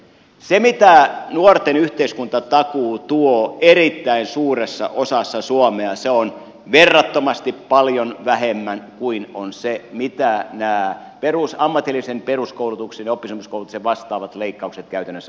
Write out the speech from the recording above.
se mitä nuorten yhteiskuntatakuu tuo erittäin suuressa osassa suomea on verrattomasti paljon vähemmän kuin se mitä nämä ammatillisen peruskoulutuksen ja oppisopimuskoulutuksen vastaavat leikkaukset käytännössä merkitsevät